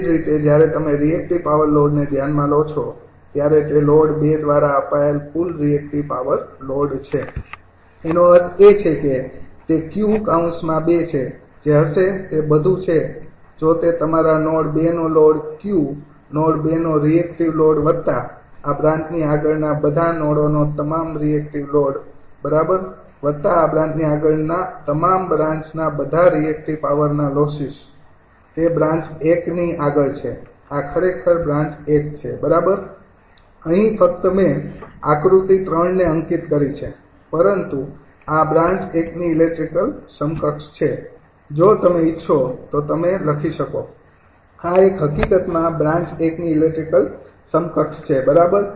એ જ રીતે જ્યારે તમે રિએક્ટિવ પાવર લોડને ધ્યાનમાં લો છો ત્યારે તે લોડ 2 દ્વારા અપાયેલ કુલ રિએક્ટિવ પાવર લોડ છે એનો અર્થ એ છે કે તે 𝑄૨ છે જે હશે તે બધું છે જો તે તમારા નોડ ૨ નો લોડ 𝑄 નોડ ૨ નો રિએક્ટિવ લોડ વત્તા આ બ્રાન્ચની આગળના બધા નોડોનો તમામ રિએક્ટિવ લોડ બરાબર વત્તા આ બ્રાન્ચની આગળની તમામ બ્રાન્ચના બધા રિએક્ટિવ પાવરના લોસીસ તે બ્રાન્ચ ૧ ની આગળ છે આ ખરેખર બ્રાન્ચ ૧ છે બરાબર અહીં ફક્ત મેં આકૃતિ 3 ને અંકિત કરી છે પરંતુ આ બ્રાન્ચ ૧ની ઇલેક્ટ્રિકલ સમકક્ષ છે જો તમે ઇચ્છો તો તમે લખી શકો આ એક હકીકતમાં બ્રાન્ચ ૧ ની ઇલેક્ટ્રિકલ સમકક્ષ છે બરાબર